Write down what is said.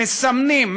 מסמנים,